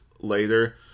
later